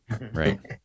right